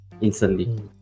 instantly